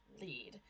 lead